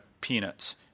peanuts—